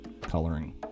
coloring